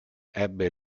ebbe